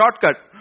shortcut